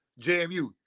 JMU